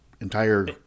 entire